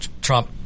Trump